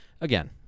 again